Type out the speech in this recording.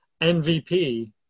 MVP